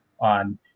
on